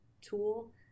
tool